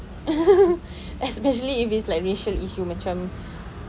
especially if it's like racial issue macam